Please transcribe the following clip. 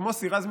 את מוסי רז,